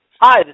Hi